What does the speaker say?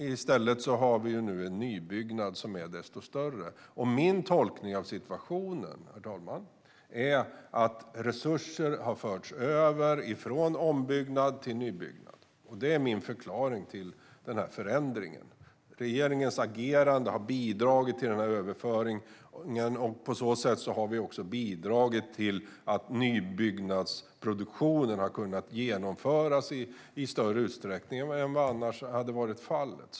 I stället har vi nu en nybyggnad som är desto större. Min tolkning av situationen, herr talman, är att resurser har förts över från ombyggnad till nybyggnad. Detta är min förklaring till förändringen. Regeringens agerande har bidragit till överföringen, och på så sätt har vi också bidragit till att nybyggnadsproduktionen har kunnat genomföras i större utsträckning än vad som annars hade varit fallet.